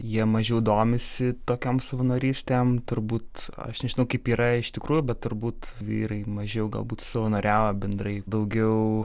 jie mažiau domisi tokiom savanorystėm turbūt aš nežinau kaip yra iš tikrųjų bet turbūt vyrai mažiau galbūt savanoriavo bendrai daugiau